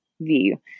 view